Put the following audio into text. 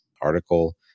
article